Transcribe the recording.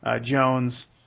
Jones